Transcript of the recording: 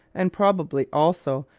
and probably, also,